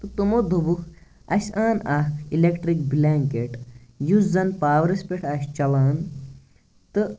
تہٕ تِمو دوٚپُکھ اسہِ آن اَکھ اِلیٚکٹِرٛک بلینٛکیٚٹ یُس زَن پاورَس پٮ۪ٹھ آسہِ چَلان تہٕ